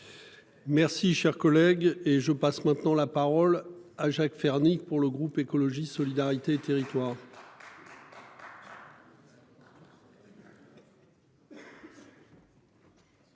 Merci cher collègue. Et je passe maintenant la parole à Jacques Fernique. Pour le groupe écologiste solidarité et territoires.